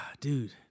Dude